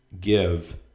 give